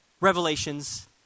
revelations